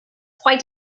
quite